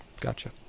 Gotcha